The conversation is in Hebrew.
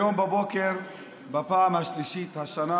היום בבוקר בפעם השלישית השנה